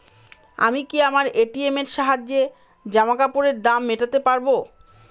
আমি কি আমার এ.টি.এম এর সাহায্যে জামাকাপরের দাম মেটাতে পারব?